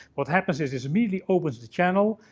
what happens is this immediately opens the channel,